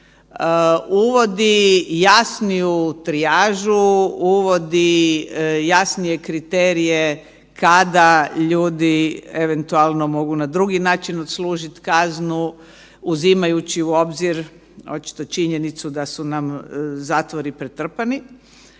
uvodi jasniju trijažu, uvodi jasnije kriterije kada ljudi eventualno mogu na drugi način odslužit kaznu uzimajući u obzir očito činjenicu da su nam zatvori pretrpani.